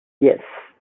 yes